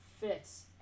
fits